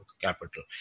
capital